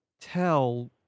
tell